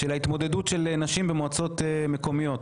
ההתמודדות של נשים במועצות מקומיות.